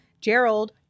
Gerald